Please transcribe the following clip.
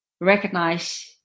recognize